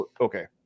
Okay